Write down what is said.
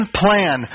plan